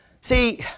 See